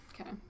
okay